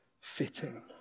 fitting